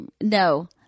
no